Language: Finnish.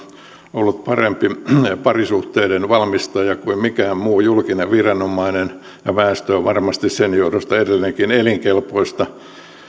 ollut parempi parisuhteiden valmistaja kuin mikään muu julkinen viranomainen ja väestö on varmasti sen johdosta edelleenkin elinkelpoista